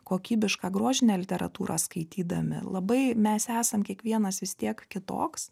kokybišką grožinę literatūrą skaitydami labai mes esam kiekvienas vis tiek kitoks